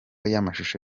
y’amashusho